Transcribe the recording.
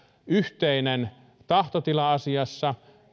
yhteinen tahtotila asiassa